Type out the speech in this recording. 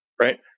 right